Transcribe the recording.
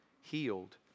healed